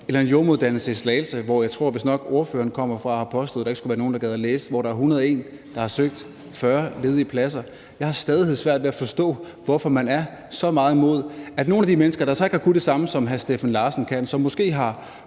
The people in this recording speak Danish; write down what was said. eller en jordemoderuddannelse i Slagelse, hvor jeg tror ordføreren vistnok kommer fra og har påstået, at der ikke skulle være nogen, der gad at læse, og hvor der er 101 personer, der har søgt 40 ledige pladser. Jeg har til stadighed svært ved at forstå, hvorfor man er så meget imod, at nogle af de mennesker, der så ikke har kunnet det samme, som hr. Steffen Larsen kan – som måske har